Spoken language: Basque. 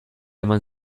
eman